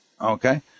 okay